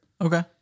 Okay